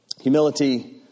Humility